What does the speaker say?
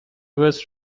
was